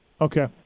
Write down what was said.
Okay